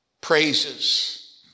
praises